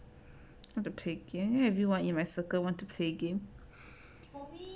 how to play games everyone in my circle want to play game